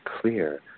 clear